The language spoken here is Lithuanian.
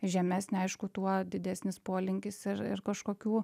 žemesnė aišku tuo didesnis polinkis ir ir kažkokių